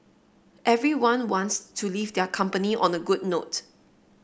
everyone wants to leave their company on a good note